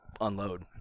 unload